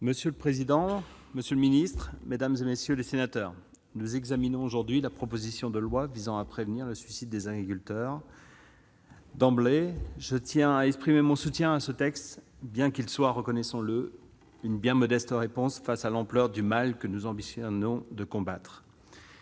Monsieur le président, monsieur le ministre, mes chers collègues, nous examinons aujourd'hui une proposition de loi visant à prévenir le suicide des agriculteurs. D'emblée, je tiens à exprimer mon soutien à ce texte, bien qu'il soit, reconnaissons-le, une bien modeste réponse face à l'ampleur du mal que nous avons pour ambition de combattre.